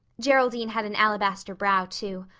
geraldine had an alabaster brow too.